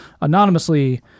anonymously